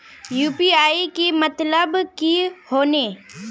UPI के मतलब की होने?